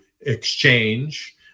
exchange